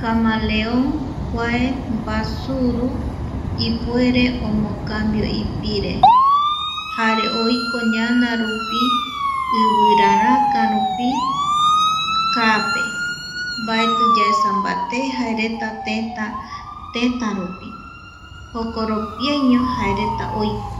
Camaleon kua mbasuru ipuere omocambio ipire, jare oiko ñanarupi ivirara karup, kaape, mbaeti yaesa mbaté jaereta tétä tëtärupi. Jokoropiaiño jaereta oiko.